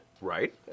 Right